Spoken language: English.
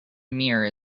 mirror